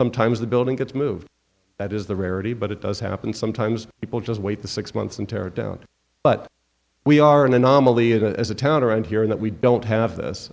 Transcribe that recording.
sometimes the building gets moved that is the rarity but it does happen sometimes people just wait the six months and tear it down but we are an anomaly it as a town around here in that we don't have this